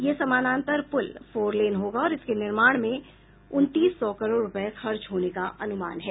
यह समानांतर पुल फोर लेन होगा और इसके निर्माण में उनतीस सौ करोड़ रूपये खर्च होने का अनुमान है